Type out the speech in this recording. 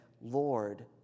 Lord